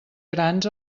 grans